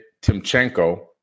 Timchenko